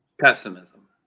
Pessimism